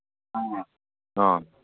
ꯑꯣ